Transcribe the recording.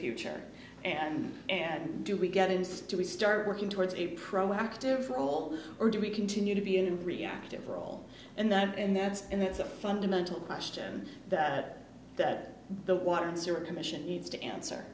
future and and do we get instead we start working towards a proactive role or do we continue to be and reactive for all and that and that and that's a fundamental question that that the water answer commission needs to answer